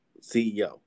CEO